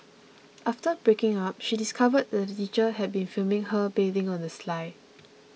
after breaking up she discovered that the teacher had been filming her bathing on the sly